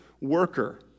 worker